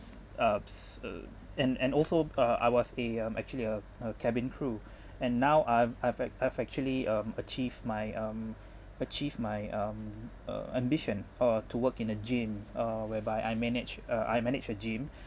ups ugh and and also uh I was a um actually a a cabin crew and now I'm I've act~ I've actually um achieve my um achieve my um uh ambition or to work in a gym uh whereby I manage uh I manage a gym